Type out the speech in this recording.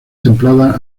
templadas